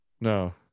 No